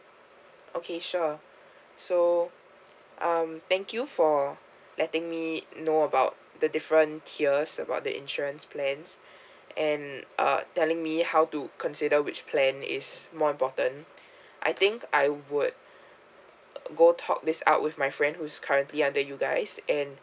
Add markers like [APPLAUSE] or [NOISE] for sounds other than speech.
okay sure so um thank you for letting me know about the different tiers about the insurance plans [BREATH] and uh telling me how to consider which plan is more important [BREATH] I think I would go talk this out with my friend who's currently under you guys and